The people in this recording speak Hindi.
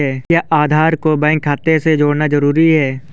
क्या आधार को बैंक खाते से जोड़ना जरूरी है?